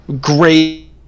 great